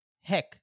Heck